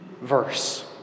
verse